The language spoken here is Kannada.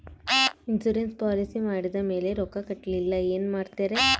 ಇನ್ಸೂರೆನ್ಸ್ ಪಾಲಿಸಿ ಮಾಡಿದ ಮೇಲೆ ರೊಕ್ಕ ಕಟ್ಟಲಿಲ್ಲ ಏನು ಮಾಡುತ್ತೇರಿ?